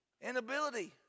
Inability